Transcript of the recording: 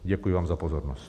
Děkuji vám za pozornost.